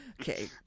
Okay